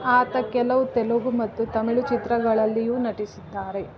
ಆತ ಕೆಲವು ತೆಲುಗು ಮತ್ತು ತಮಿಳ್ ಚಿತ್ರಗಳಲ್ಲಿಯೂ ನಟಿಸಿದ್ದಾರೆ